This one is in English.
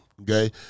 okay